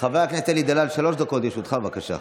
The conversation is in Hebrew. חבר הכנסת אלי דלל, שלוש דקות לרשותך, בבקשה.